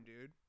dude